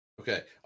Okay